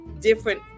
different